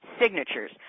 signatures